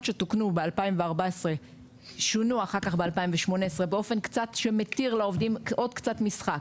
שתוקנות ב-2014 שונו אחר כך ב-2018 באופן שמתיר לעובדים עוד קצת משחק.